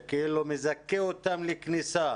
שמזכה אותם לכניסה